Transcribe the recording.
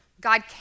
God